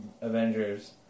Avengers